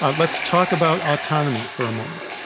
ah let's talk about autonomy for a moment.